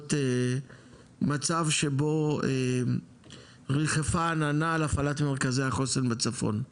שבועות מצב שבו ריחפה עננה על מרכזי החוסן בצפון.